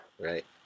Right